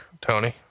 Tony